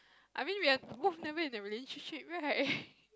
I mean we are both never in a relationship right